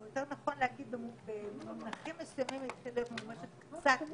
או יותר נכון להגיד שבמונחים מסוימים היא התחילה להיות ממומשת קצת